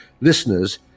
listeners